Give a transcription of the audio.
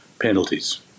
penalties